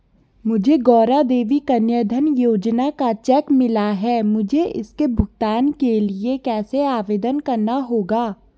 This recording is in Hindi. मुझे गौरा देवी कन्या धन योजना का चेक मिला है मुझे इसके भुगतान के लिए कैसे आवेदन करना होगा?